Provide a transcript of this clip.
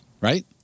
Right